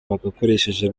bagakoresheje